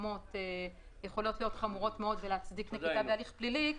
מסוימות יכולות להיות חמורות מאוד ולהצדיק נקיטה בהליך פלילי,